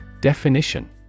Definition